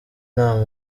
nta